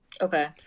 Okay